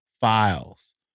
files